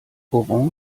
orange